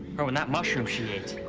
irwin, that mushroom she ate. it